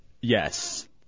Yes